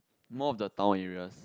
more of the town areas